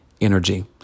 energy